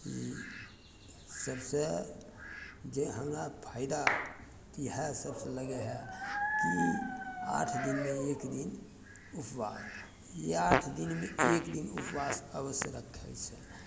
ई सबसँ जे हमरा फायदा ईएह सबसँ लगय हइ की आठ दिनमे एक दिन उपवास ई आठ दिनमे एक दिन उपवास अवश्य रखय छै